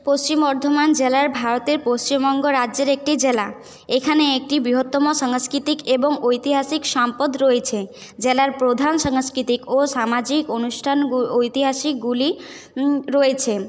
পশ্চিম বর্ধমান জেলার ভারতের পশ্চিমবঙ্গ রাজ্যের একটি জেলা এখানে একটি বৃহত্তম সাংস্কৃতিক এবং ঐতিহাসিক সম্পদ রয়েছে জেলার প্রধান সাংস্কৃতিক ও সামাজিক অনুষ্ঠান ঐতিহাসিকগুলি রয়েছে